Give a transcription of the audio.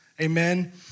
amen